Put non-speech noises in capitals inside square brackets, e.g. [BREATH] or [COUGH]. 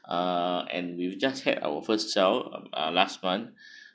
uh and we've just had our first child uh last month [BREATH]